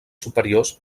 superiors